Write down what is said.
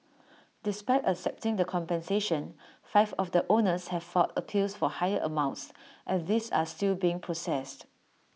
despite accepting the compensation five of the owners have filed appeals for higher amounts and these are still being processed